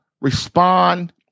respond